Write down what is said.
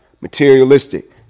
materialistic